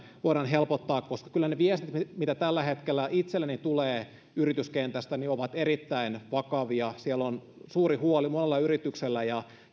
helpottaa koska kyllä ne viestit mitä tällä hetkellä itselleni tulee yrityskentästä ovat erittäin vakavia siellä on suuri huoli monella yrityksellä